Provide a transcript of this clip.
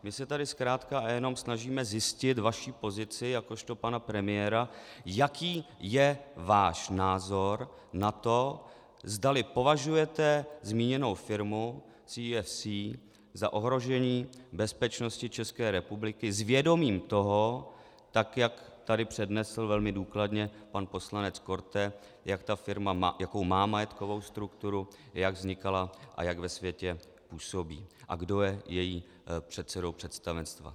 My se tady zkrátka a jenom snažíme zjistit vaši pozici jakožto pana premiéra, jaký je váš názor na to, zdali považujete zmíněnou firmu CEFC za ohrožení bezpečnosti České republiky s vědomím toho, tak jak tady přednesl velmi důkladně pan poslanec Korte, jakou ta firma má majetkovou strukturu, jak vznikala a jak ve světě působí a kdo je jejím předsedou představenstva.